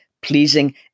pleasing